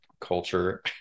culture